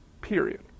period